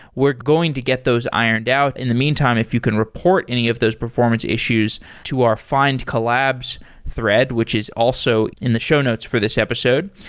we're going to get those ironed out. in the meantime, if you can report any of those performance issues to our findcollabs thread, which is also in the show notes for this episode,